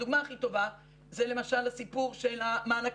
הדוגמא הכי טובה זה למשל הסיפור של המענקים,